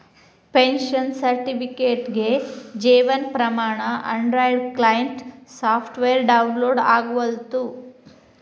pension ಸರ್ಟಿಫಿಕೇಟ್ಗೆ Jeevan Pramaan android client software download ಆಗವಲ್ತು